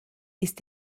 ist